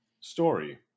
Story